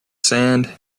sand